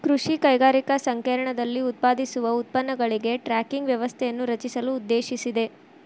ಕೃಷಿ ಕೈಗಾರಿಕಾ ಸಂಕೇರ್ಣದಲ್ಲಿ ಉತ್ಪಾದಿಸುವ ಉತ್ಪನ್ನಗಳಿಗೆ ಟ್ರ್ಯಾಕಿಂಗ್ ವ್ಯವಸ್ಥೆಯನ್ನು ರಚಿಸಲು ಉದ್ದೇಶಿಸಿದೆ